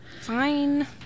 fine